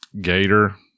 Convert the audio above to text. Gator